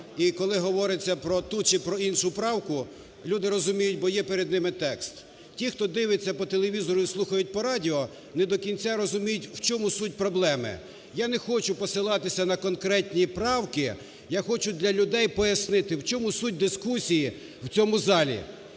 І коли говориться про ту чи про іншу правку, люди розуміють, бо є перед ними текст. Ті, хто дивиться по телевізору і слухають по радіо, не до кінця розуміють, в чому суть проблеми. Я не хочу посилатися на конкретні правки. Я хочу для людей пояснити, в чому суть дискусії в цьому залі.